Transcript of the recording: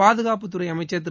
பாதுகாப்புத் துறை அமைச்சர் திரு